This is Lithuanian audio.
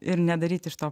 ir nedaryt iš to